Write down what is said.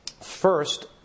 First